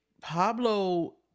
Pablo